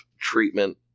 treatment